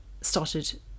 started